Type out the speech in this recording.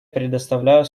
предоставляю